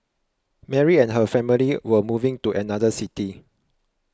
Mary and her family were moving to another city